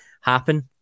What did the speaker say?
happen